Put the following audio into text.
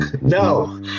No